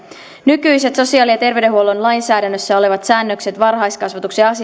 nykyiset sosiaali ja terveydenhuollon lainsäädännössä olevat säännökset varhaiskasvatuksen